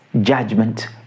judgment